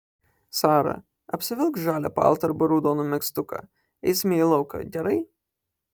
sara apsivilk žalią paltą arba raudoną megztuką eisime į lauką gerai